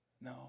No